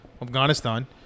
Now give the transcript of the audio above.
Afghanistan